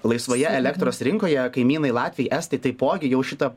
laisvoje elektros rinkoje kaimynai latviai estai taipogi jau šitą